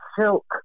silk